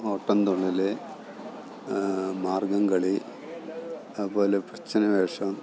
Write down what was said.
ഓട്ടംതുള്ളൽ മാർഗ്ഗംകളി അതുപോലെ പ്രച്ഛന്ന വേഷം